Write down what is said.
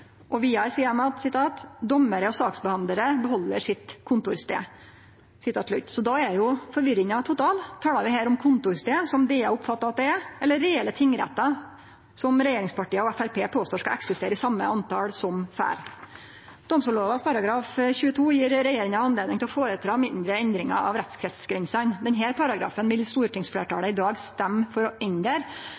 og vidare at «dommere og saksbehandlere beholder sitt kontorsted». Då er forvirringa total: Taler vi her om kontorstader, som Domstoladministrasjonen oppfattar at det er, eller reelle tingrettar, som regjeringspartia og Framstegspartiet påstår det skal eksistere like mange av som før? Domstollova § 22 gjev regjeringa anledning til å gjere mindre endringar i rettskretsgrensene. Denne paragrafen vil stortingsfleirtalet i dag stemme for å endre,